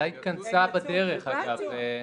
הוועדה התכנסה בדרך, אגב.